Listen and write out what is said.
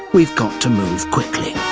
we've got to move quickly.